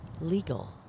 legal